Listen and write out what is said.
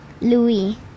Louis